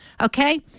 Okay